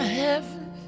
heaven